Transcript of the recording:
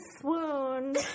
swoon